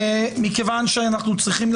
מכיוון שאנחנו צריכים,